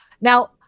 now